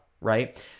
right